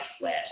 last